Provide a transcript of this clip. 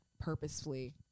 purposefully